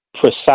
precise